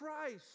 Christ